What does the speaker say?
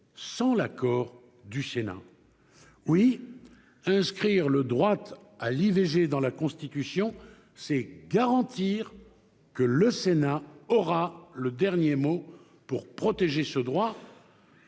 sans l'accord du Sénat. Oui, inscrire le droit à l'IVG dans notre Constitution, c'est garantir que le Sénat aura le dernier mot pour protéger celui-ci,